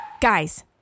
Guys